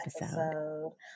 episode